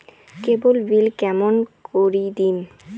কেবল bill কেমন করি দিম?